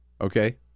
Okay